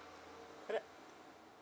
could I